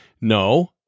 no